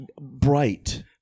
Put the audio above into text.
Bright